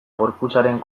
gorputzaren